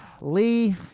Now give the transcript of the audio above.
Lee